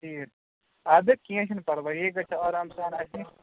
ٹھیٖک اَدٕ کینٛہہ چھُ نہٕ پرواے یے گَژھِ آرام سان اسہِ نِش